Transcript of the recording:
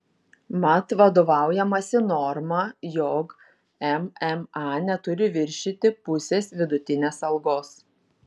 mat vadovaujamasi norma jog mma neturi viršyti pusės vidutinės algos